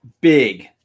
big